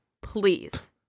Please